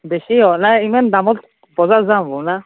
বেছি হোৱা নাই ইমান দামত বজাৰ